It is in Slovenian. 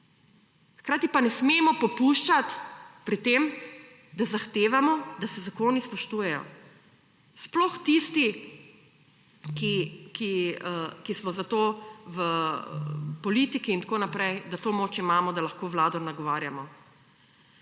Hkrati pa ne smemo popuščati pri tem, da zahtevamo, da se zakoni spoštujejo sploh tisti, ki smo za to v politiki in tako naprej, da to moč imamo, da lahko vlado nagovarjamo.